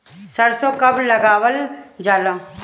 सरसो कब लगावल जाला?